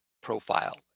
profile